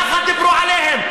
ככה דיברו עליהם.